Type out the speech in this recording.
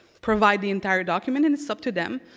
provide the entire document, and it's up to them.